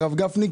הרב גפני,